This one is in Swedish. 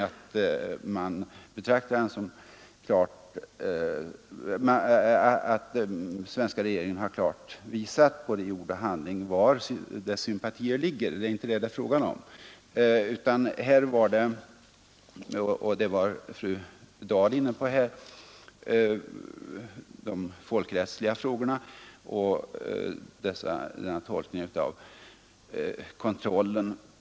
Man har uppfattat att den svenska regeringen i både ord och handling visat var dess sympatier ligger. Det var inte detta det gällde utan, som också fru Dahl var inne på, de folkrättsliga frågorna och tolkningen av kontrollen.